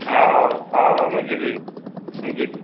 ହଁ ହଉ ହଉ ହଉ ମୁଁ ଯିବି ମୁଁ ଯିବି